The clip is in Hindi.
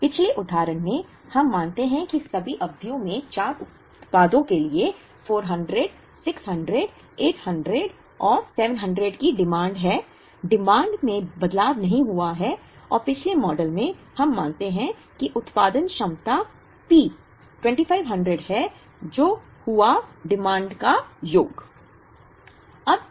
पिछले उदाहरण में हम मानते हैं कि सभी अवधियों में 4 उत्पादों के लिए 400 600 800 और 700 की मांग है मांग में बदलाव नहीं हुआ है और पिछले मॉडल में हम मानते हैं कि उत्पादन क्षमता P 2500 है जो हुआ मांगों का योग हो